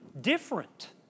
different